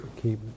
keep